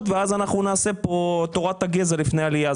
ואז אנחנו נעשה פה תורת הגזע לפני העלייה.